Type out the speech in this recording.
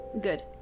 Good